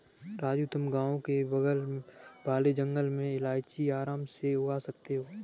राजू तुम गांव के बगल वाले जंगल में इलायची आराम से उगा सकते हो